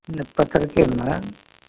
नहि पतरकेमे